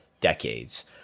decades